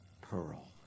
pearl